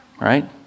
right